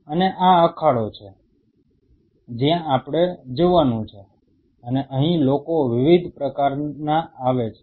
અને આ અખાડો છે જ્યાં આપણે જવાનું છે અને અહીં લોકો વિવિધ પ્રકારના આવે છે